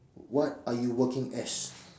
what are you working as